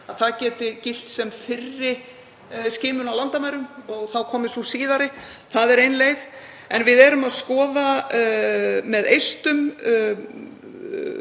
að geti gilt sem fyrri skimun á landamærum, og þá komi sú síðari. Það er ein leið. Við erum að skoða með Eistum